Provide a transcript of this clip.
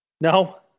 No